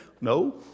no